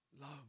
love